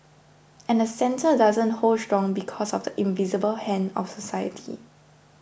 and the centre doesn't hold strong because of the invisible hand of society